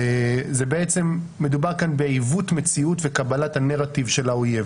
בעצם מדובר כאן בעיוות מציאות וקבלת הנרטיב של האויב,